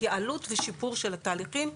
התייעלות ושיפור של התהליכים,